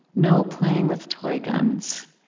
no playing with toy guns,